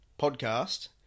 podcast